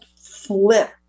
flip